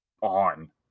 on